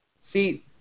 See